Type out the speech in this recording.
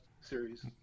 series